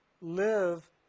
live